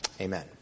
Amen